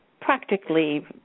practically